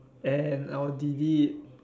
and I would delete